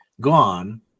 gone